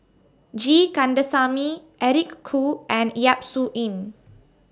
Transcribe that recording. G Kandasamy Eric Khoo and Yap Su Yin